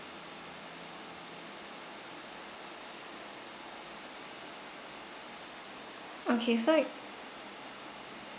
okay so